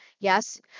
Yes